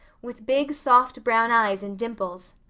with big soft brown eyes and dimples.